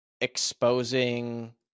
exposing